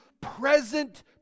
present